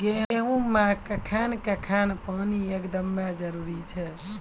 गेहूँ मे कखेन कखेन पानी एकदमें जरुरी छैय?